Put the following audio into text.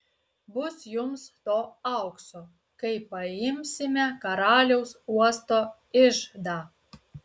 bus jums to aukso kai paimsime karaliaus uosto iždą